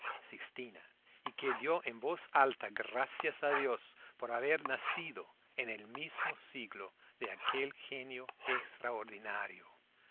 sixtina y que dio en voz alta gracias a dios por haber nacido en el mismo siglo de aquel genio extraordinario